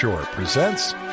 presents